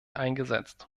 eingesetzt